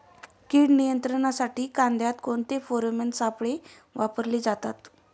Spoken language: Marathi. कीड नियंत्रणासाठी कांद्यात कोणते फेरोमोन सापळे वापरले जातात?